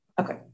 Okay